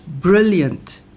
brilliant